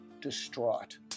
distraught